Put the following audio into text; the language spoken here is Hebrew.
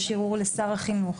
וגם יש ערעור לשר החינוך.